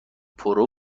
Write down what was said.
پرو